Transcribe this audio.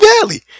Valley